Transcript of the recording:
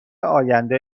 آینده